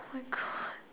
my God